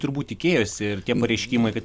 turbūt tikėjosi ir tie pareiškimai kad